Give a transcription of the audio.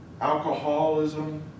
alcoholism